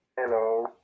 hello